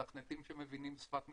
מתכנתים, שמבינים שפת מיטוב,